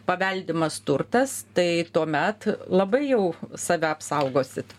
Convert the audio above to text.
paveldimas turtas tai tuomet labai jau save apsaugosit